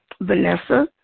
Vanessa